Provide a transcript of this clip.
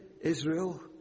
Israel